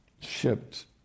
shipped